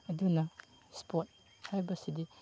ꯑꯗꯨꯅ ꯏꯁꯄꯣꯔꯠ ꯍꯥꯏꯕꯁꯤꯗꯤ